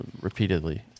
repeatedly